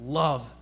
love